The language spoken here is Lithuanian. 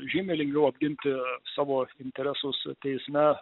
žymiai lengviau apginti savo interesus teisme